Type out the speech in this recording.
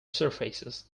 surfaces